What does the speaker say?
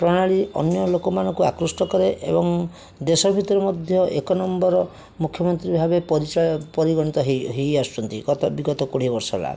ପ୍ରଣାଳୀ ଅନ୍ୟ ଲୋକମାନଙ୍କୁ ଆକୃଷ୍ଟ କରେ ଏବଂ ଦେଶ ଭିତରେ ମଧ୍ୟ ଏକ ନମ୍ବର ମୁଖ୍ୟମନ୍ତ୍ରୀ ଭାବରେ ପରିଗଣିତ ହେଇଆସୁଛନ୍ତି ଗତ ବିଗତ କୋଡ଼ିଏ ବର୍ଷ ହେଲା